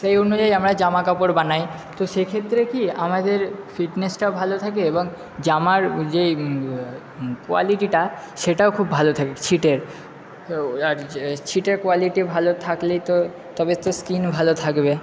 সেই অনুযায়ী আমরা জামা কাপড় বানাই তো সেক্ষেত্রে কি আমাদের ফিটনেসটা ভালো থাকে এবং জামার যে কোয়ালিটিটা সেটাও খুব ভালো থাকে ছিটের ছিটের কোয়ালিটি ভালো থাকলেই তো তবে তো স্কিন ভালো থাকবে